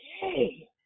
hey